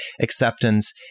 acceptance